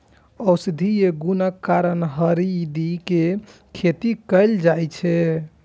औषधीय गुणक कारण हरदि के खेती कैल जाइ छै